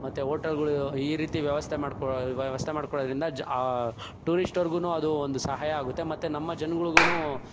ಮತ್ತು ಓಟೆಲ್ಗಳು ಈ ರೀತಿ ವ್ಯವಸ್ಥೆ ಮಾಡ್ಕೊ ವ್ಯವಸ್ಥೆ ಮಾಡ್ಕೊಡೋದ್ರಿಂದ ಜ್ ಆ ಟೂರಿಸ್ಟವ್ರ್ಗೂ ಅದು ಒಂದು ಸಹಾಯ ಆಗುತ್ತೆ ಮತ್ತು ನಮ್ಮ ಜನ್ಗುಳ್ಗು